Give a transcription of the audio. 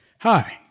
Hi